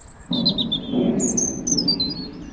ठीक है madam okay